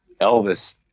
elvis